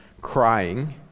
crying